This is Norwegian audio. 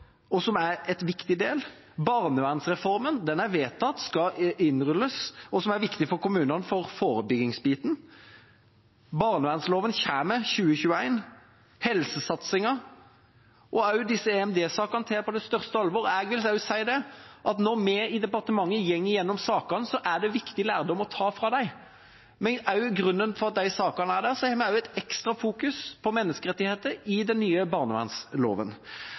som er en viktig del. Barnevernsreformen er vedtatt innrullet og er viktig for kommunene for forebyggingsbiten. Barnevernsloven kommer i 2021, helsesatsingen – og også disse EMD-sakene tar jeg på største alvor. Jeg vil si at når vi i departementet går gjennom sakene, er det viktig lærdom å ta fra dem, men også på grunn av at de sakene er der, har vi et ekstra fokus på menneskerettigheter i den nye barnevernsloven.